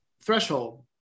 threshold